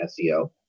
SEO